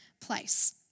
place